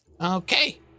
Okay